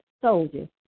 soldier